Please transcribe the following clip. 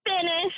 finish